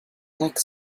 like